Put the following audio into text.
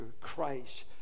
Christ